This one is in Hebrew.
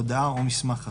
הודעה או מסמך אחר.